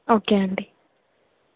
okay అండి